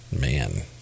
man